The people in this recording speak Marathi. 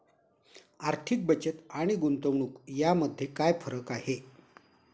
आर्थिक बचत आणि गुंतवणूक यामध्ये काय फरक आहे?